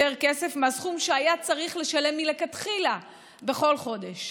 כסף מהסכום שהיה צריך לשלם מלכתחילה בכל חודש.